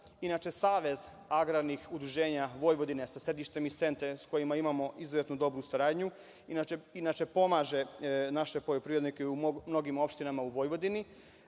Inače, Savez agrarnih udruženja Vojvodine sa sedištem iz Sente, sa kojima imamo izuzetno dobru saradnju, pomaže naše poljoprivrednike u mnogim opštinama u Vojvodini.